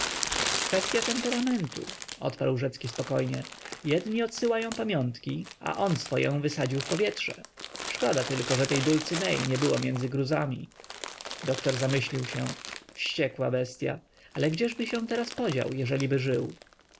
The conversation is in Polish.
uczeń kwestya temperamentu odparł rzecki spokojnie jedni odsyłają pamiątki a on swoję wysadził w powietrze szkoda tylko że tej dulcynei nie było między gruzami doktor zamyślił się wściekła bestya ale gdzieżby teraz się podział jeżeliby żył